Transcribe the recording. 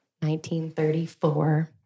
1934